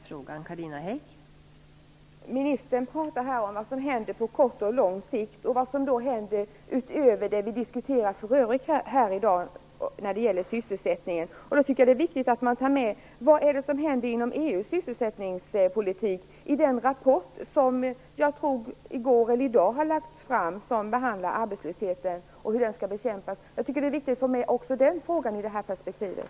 Fru talman! Ministern talar om vad som händer på kort och på lång sikt och vad som händer utöver det vi diskuterar i dag. Då är ett viktigt att ta med vad som händer inom EU:s sysselsättningspolitik. En rapport har i dagarna lagts fram som handlar om hur man skall bekämpa arbetslösheten. Jag tycker att det är viktigt att ha med också den frågan i det här perspektivet.